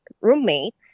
roommate